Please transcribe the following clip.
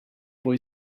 boy